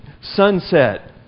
Sunset